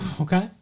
Okay